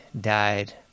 died